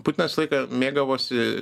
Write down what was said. putinas visą laiką mėgavosi